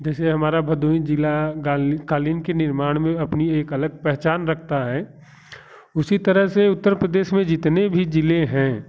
जैसे हमारा भदोही ज़िला क़ालीन के निर्माण में अपनी एक अलग पहचान रखता है उसी तरह से उत्तर प्रदेश में जितने भी ज़िले हैं